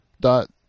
dot